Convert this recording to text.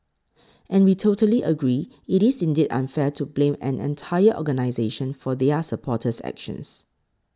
and we totally agree it is indeed unfair to blame an entire organisation for their supporters actions